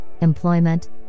employment